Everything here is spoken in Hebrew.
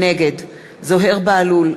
נגד זוהיר בהלול,